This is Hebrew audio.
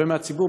הרבה מהציבור,